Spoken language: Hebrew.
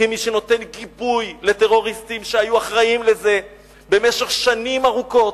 כמי שנותן גיבוי לטרוריסטים שהיו אחראים לזה במשך שנים ארוכות.